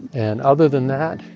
and other than that,